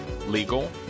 legal